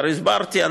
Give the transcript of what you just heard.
כבר הסברתי,